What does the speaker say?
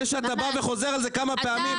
זה שאתה בא וחוזר על זה כמה פעמים,